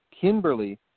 Kimberly